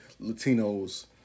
Latinos